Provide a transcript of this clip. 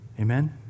Amen